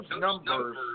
numbers